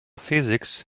physics